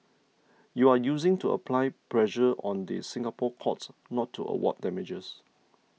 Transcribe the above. you are using to apply pressure on the Singapore courts not to award damages